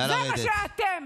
זה מה שאתם.